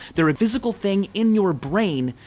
they're a physical thing in your brain,